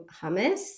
hummus